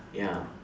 ya